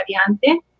variante